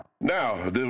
Now